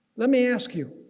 let me ask you,